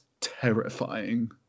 terrifying